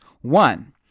one